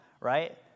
Right